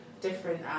different